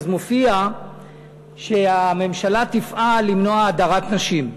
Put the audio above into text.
אז מופיע שהממשלה תפעל למנוע הדרת נשים.